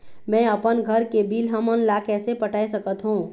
मैं अपन घर के बिल हमन ला कैसे पटाए सकत हो?